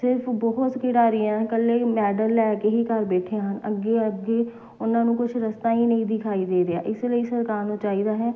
ਸਿਰਫ਼ ਬਹੁਤ ਸ ਖਿਡਾਰੀ ਆ ਇਕੱਲੇ ਮੈਡਲ ਲੈ ਕੇ ਹੀ ਘਰ ਬੈਠੇ ਹਨ ਅੱਗੇ ਅੱਗੇ ਉਹਨਾਂ ਨੂੰ ਕੁਛ ਰਸਤਾ ਹੀ ਨਹੀਂ ਦਿਖਾਈ ਦੇ ਰਿਹਾ ਇਸ ਲਈ ਸਰਕਾਰ ਨੂੰ ਚਾਹੀਦਾ ਹੈ